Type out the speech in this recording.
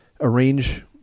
arrange